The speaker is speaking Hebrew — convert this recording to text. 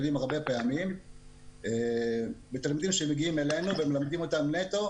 אנחנו עוסקים בעניין של חינוך לזה"ב מגני הילדים ועד כיתות י"ב.